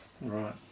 right